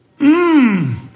Mmm